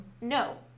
No